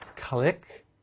Click